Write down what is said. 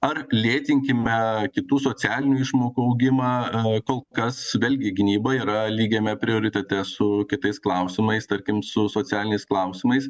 ar lėtinkime kitų socialinių išmokų augimą a kol kas su belgija gynyba yra lygiame prioritete su kitais klausimais tarkim su socialiniais klausimais